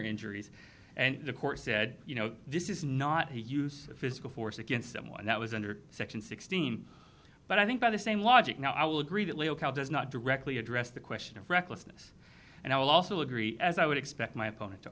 injuries and the court said you know this is not a use physical force against someone that was under section sixteen but i think by the same logic now i will agree that locale does not directly address the question of recklessness and i will also agree as i would expect my opponent to